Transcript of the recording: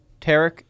Tarek